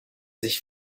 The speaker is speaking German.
sich